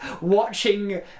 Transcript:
watching